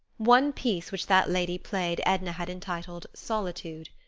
one piece which that lady played edna had entitled solitude.